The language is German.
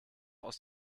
aus